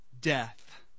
death